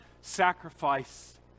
sacrifice